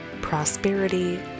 prosperity